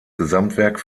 gesamtwerk